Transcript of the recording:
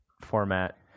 format